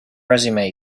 resume